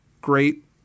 great